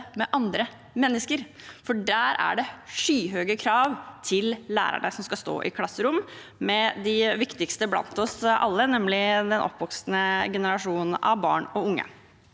med andre mennesker, for det er skyhøye krav til lærerne som skal stå i klasserom med de viktigste blant oss, nemlig den oppvoksende generasjon av barn og unge.